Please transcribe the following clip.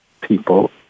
people